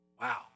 Wow